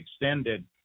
extended